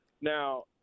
Now